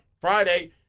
Friday